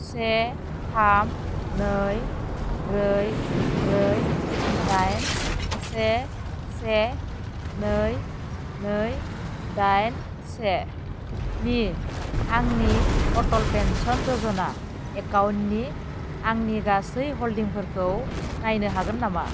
से थाम नै ब्रै ब्रै दाइन से से नै नै दाइन सेनि आंनि अटल पेन्सन य'जना एकाउन्टनि आंनि गासै हल्डिंफोरखौ नायनो हागोन नामा